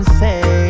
say